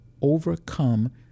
overcome